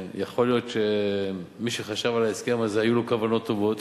יכול להיות שמי שחשב על ההסכם הזה היו לו כוונות טובות,